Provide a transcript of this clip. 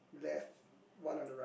left one on the right